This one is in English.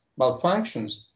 malfunctions